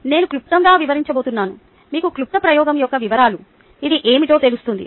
నేను క్లుప్తంగా వివరించబోతున్నాను మీకు క్లుప్త ప్రయోగం యొక్క వివరాలు అది ఏమిటో తెలుస్తుంది